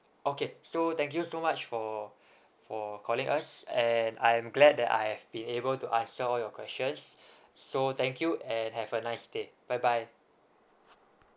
okay so thank you so much for for calling us and I'm glad that I've been able to answer all your questions so thank you and have a nice day bye bye